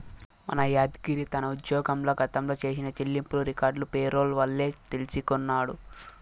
మన యాద్గిరి తన ఉజ్జోగంల గతంల చేసిన చెల్లింపులు రికార్డులు పేరోల్ వల్లే తెల్సికొన్నాడు